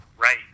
Right